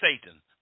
Satan